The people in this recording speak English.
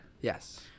Yes